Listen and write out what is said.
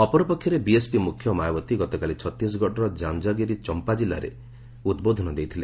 ଅପରପକ୍ଷରେ ବିଏସ୍ପି ମୁଖ୍ୟ ମାୟାବତୀ ଗତକାଲି ଛତିଶଗଡ଼ର ଯାଞ୍ଚଗିରି ଚମ୍ପା ଜିଲ୍ଲାରେ ଉଦ୍ବୋଧନ ଦେଇଥିଲେ